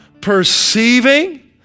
perceiving